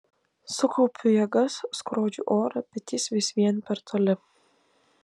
sukaupiu jėgas skrodžiu orą bet jis vis vien per toli